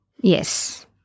Yes